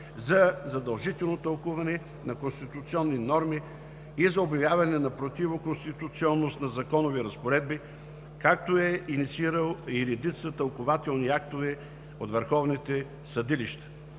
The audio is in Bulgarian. за задължително тълкуване на конституционни норми и за обявяване на противоконституционност на законови разпоредби, както е и инициирал редица тълкувателни актове от върховните съдилища.